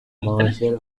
marshall